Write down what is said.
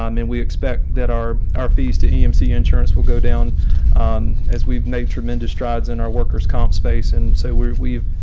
um and we expect that our our fees to emc insurance will go down um as we've made tremendous strides in our workers comp space. and so we've we've